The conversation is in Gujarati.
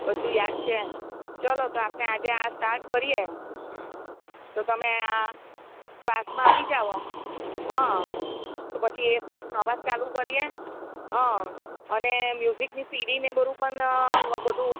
બધું યાદ છે ચલો તો આપણે આ સ્ટાર્ટ કરીએ તો તમે આ ક્લાસમાં આવી જાવ હઁ પછી એ સ્ટેપ મારા જ ચાલુ કરીએ હઁ અને મ્યુજીકની સીડીને પણ બધું